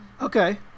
okay